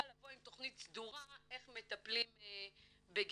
לבוא עם תכנית סדורה איך מטפלים בגזענות.